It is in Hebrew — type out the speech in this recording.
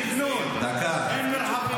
אין תכנון, אין מרחבים מוגנים ציבוריים.